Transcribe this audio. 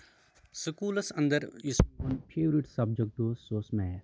سکوٗلَس اَنٛدر یُس میون فیورِٹ سَبجیٚکٹ اوس سُہ اوس میتھ